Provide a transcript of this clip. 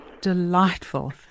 delightful